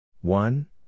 One